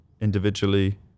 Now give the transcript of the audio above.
individually